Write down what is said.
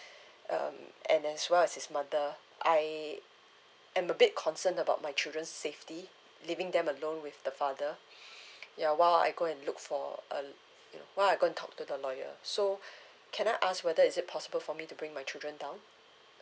um and as well as his mother I I'm a bit concerned about my children's safety leaving them alone with the father ya while I go and look for uh you know while I go and talk to the lawyer so can I ask whether is it possible for me to bring my children down